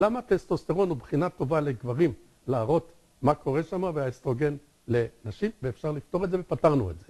למה טסטוסטרון הוא בחינה טובה לגברים, להראות מה קורה שמה, והאסטרוגן לנשי, ואפשר לפתור את זה ופתרנו את זה.